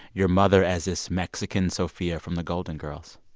your mother as this mexican sophia from the golden girls.